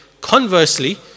Conversely